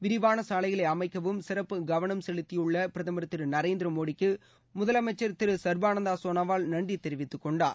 விரிவான சாலைகளை அமைக்கவும் சிறப்பு கவனம் செலுத்தியுள்ள பிரதமர் திரு நரேந்திர மோடிக்கு முதலமைச்சர் திரு சர்பானந்தா சோனாவால் நன்றி தெரிவித்துக் கொண்டார்